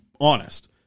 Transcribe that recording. honest